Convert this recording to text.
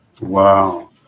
Wow